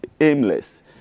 aimless